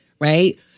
right